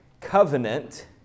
covenant